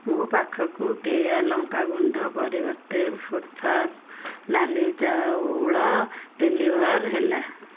ମୋ ପାଖକୁ କେୟା ଲଙ୍କା ଗୁଣ୍ଡ ପରିବର୍ତ୍ତେ ଫୁଡ଼୍ ଫାର୍ମ ନାଲି ଚାଉଳ ଡେଲିଭର୍ ହେଲା